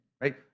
right